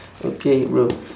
okay bro